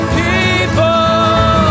people